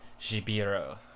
Shibiro